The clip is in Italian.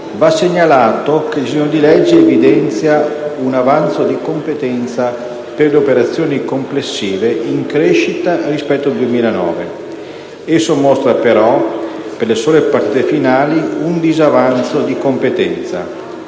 va segnalato che il disegno di legge evidenzia un avanzo di competenza, per le operazioni complessive, in crescita rispetto al 2009. Esso mostra però, per le sole partite finali, un disavanzo di competenza